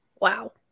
wow